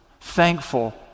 thankful